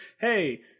hey